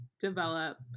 develop